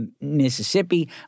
Mississippi